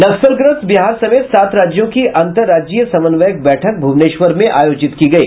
नक्सलग्रस्त बिहार समेत सात राज्यों की अंतर्राज्यीय समन्वय बैठक भुवनेश्वर में हुई